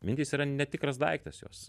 mintys yra netikras daiktas jos